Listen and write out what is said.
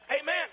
Amen